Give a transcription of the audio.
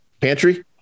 pantry